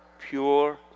pure